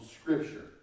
Scripture